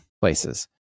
places